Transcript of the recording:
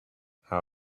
how